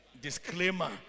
Disclaimer